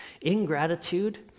Ingratitude